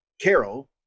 Carol